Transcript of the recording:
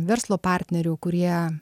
verslo partnerių kurie